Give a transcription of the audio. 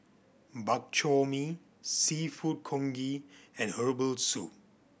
Bak Chor Mee Seafood Congee and herbal soup